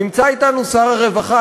נמצא אתנו שר הרווחה,